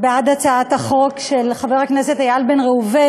בעד הצעת החוק של חבר הכנסת איל בן ראובן,